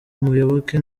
umuyoboke